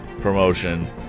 promotion